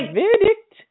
verdict